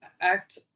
act